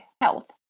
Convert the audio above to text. health